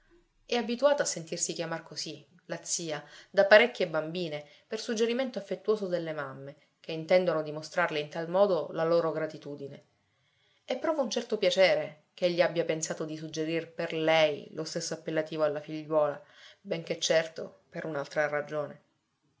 è abituata a sentirsi chiamar così la zia da parecchie bambine per suggerimento affettuoso delle mamme che intendono dimostrarle in tal modo la loro gratitudine e prova un certo piacere che egli abbia pensato di suggerir per lei lo stesso appellativo alla figliuola benché certo per un'altra ragione